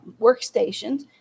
workstations